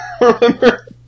remember